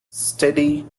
steady